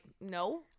no